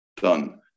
done